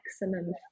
maximum